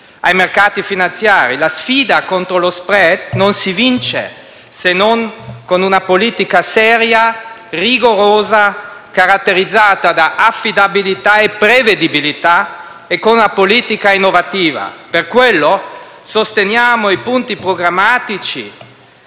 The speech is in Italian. ai mercati finanziari. La sfida contro lo *spread* non si vince se non con una politica seria e rigorosa, caratterizzata da affidabilità e prevedibilità, e con una politica innovativa. Per questo sosteniamo i punti programmatici